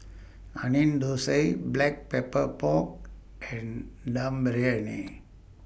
Onion Thosai Black Pepper Pork and Dum Briyani